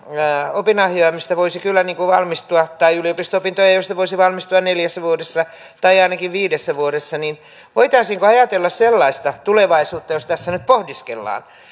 opinahjoja mistä voisi kyllä valmistua tai yliopisto opintoja joista voisi valmistua neljässä vuodessa tai ainakin viidessä vuodessa niin voitaisiinko ajatella sellaista tulevaisuutta jos tässä nyt pohdiskellaan